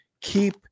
keep